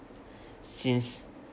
since